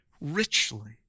richly